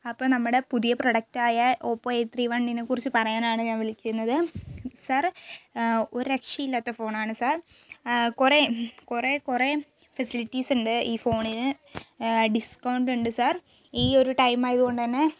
അപ്പോൾ നമ്മുടെ പുതിയ പ്രോഡക്ട് ആയ ഓപ്പോ എയിറ്റ് ത്രീ വണ്ണിനെക്കുറിച്ച് പറയാൻ ആണ് ഞാൻ വിളിക്കുന്നത് സർ ഒരു രക്ഷയും ഇല്ലാത്ത ഫോൺ ആണ് സർ കുറേ കുറേ കുറേ ഫെസിലിറ്റീസ് ഉണ്ട് ഈ ഫോണിന് ഡിസ്കൗണ്ട് ഉണ്ട് സർ ഈ ഒരു ടൈം ആയത് കൊണ്ടു തന്നെ